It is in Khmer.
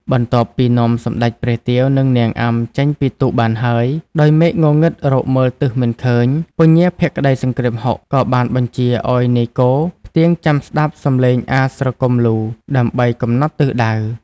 បន្ទាប់ពីនាំសម្តេចព្រះទាវ និងនាងអាំ ចេញពីទូកបានហើយ ដោយមេឃងងឹតរកមើលទិសមិនឃើញ ពញាភក្តីសង្គ្រាមហុក ក៏បានបញ្ជាឲ្យនាយគោផ្ទៀងចាំស្តាប់សំឡេងអាស្រគំលូ ដើម្បីកំណត់ទិសដៅ។